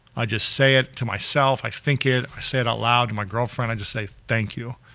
i just say it to myself, i think it, i say it out loud to my girlfriend, i just say thank you,